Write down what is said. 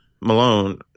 Malone